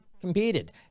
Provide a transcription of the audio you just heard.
competed